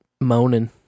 moaning